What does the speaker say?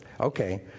okay